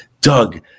Doug